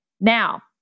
Now